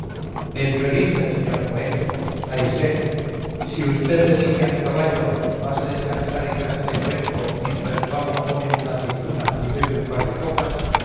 el violín del sr poenco ay sé si usted le dice a mi caballo vas a descansar en casa de poenco mientras tu amo come una aceituna y bebe un par de copas